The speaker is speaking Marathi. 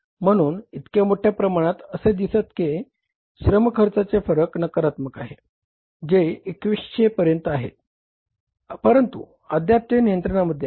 म्हणून इतक्या मोठ्या प्रमाणात असे दिसते की श्रम खर्चाचे फरक नकारात्मक आहे जे 2100 पर्यंत आहे परंतु अद्याप ते नियंत्रामध्ये आहे